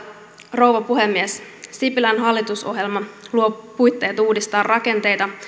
rouva puhemies sipilän hallitusohjelma luo puitteet uudistaa rakenteita